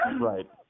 Right